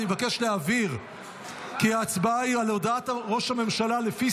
אני מבקש להבהיר כי ההצבעה היא על הודעת ראש הממשלה לפי